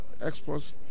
exports